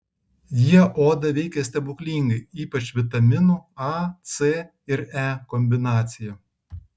jie odą veikia stebuklingai ypač vitaminų a c ir e kombinacija